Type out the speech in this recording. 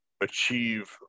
achieve